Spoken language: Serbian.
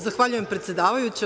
Zahvaljujem predsedavajuća.